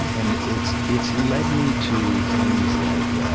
and it's it's led me to things like